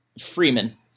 Freeman